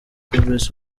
forbes